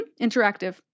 Interactive